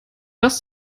das